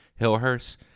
Hillhurst